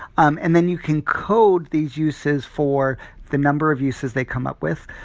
um and then you can code these uses for the number of uses they come up with.